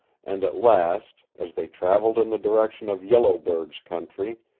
and at last, as they traveled in the direction of yellow bird's country,